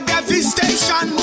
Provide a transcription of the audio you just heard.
Devastation